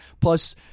Plus